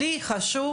לי חשוב